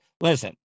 listen